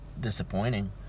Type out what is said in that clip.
disappointing